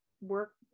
work